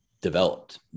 developed